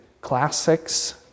classics